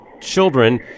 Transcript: children